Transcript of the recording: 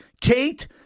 Kate